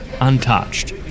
untouched